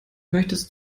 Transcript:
möchtest